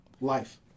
Life